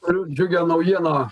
turiu džiugią naujieną